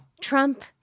Trump